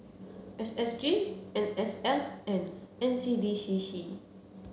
S S G N S L and N C D C C